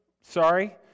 sorry